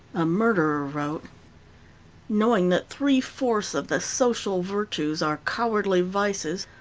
a murderer wrote knowing that three-fourths of the social virtues are cowardly vices,